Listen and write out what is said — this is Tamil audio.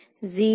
0